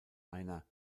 einer